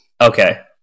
Okay